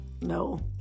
no